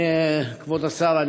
כבוד השר,